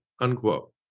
unquote